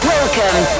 Welcome